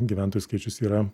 gyventojų skaičius yra